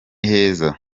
heza